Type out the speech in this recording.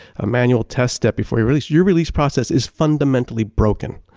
a manual test step before you release, your release process is fundamentally broken,